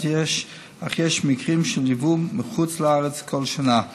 אך יש מקרים של ייבוא מחוץ לארץ כל שנה.